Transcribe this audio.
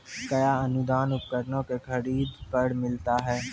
कया अनुदान उपकरणों के खरीद पर मिलता है?